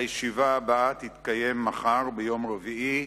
הישיבה הבאה תתקיים מחר, יום רביעי,